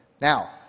Now